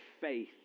faith